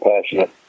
passionate